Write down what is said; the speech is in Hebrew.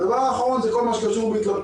הדבר האחרון זה כל מה שקשור להתלבטויות,